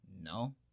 No